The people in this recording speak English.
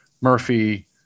Murphy